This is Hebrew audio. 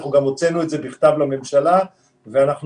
אנחנו גם הוצאנו את זה בכתב לממשלה ואנחנו